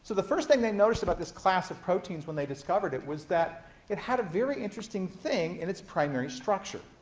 so the first thing they noticed about this class of proteins when they discovered it was that it had a very interesting thing in its primary structure.